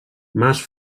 mas